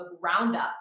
roundup